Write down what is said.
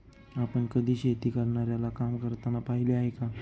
आपण कधी शेती करणाऱ्याला काम करताना पाहिले आहे का?